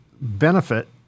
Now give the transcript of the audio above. benefit